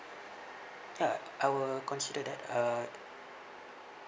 ya I will consider that uh